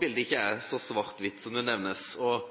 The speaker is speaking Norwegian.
bildet ikke er så svart-hvitt som det nevnes.